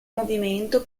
movimento